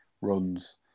runs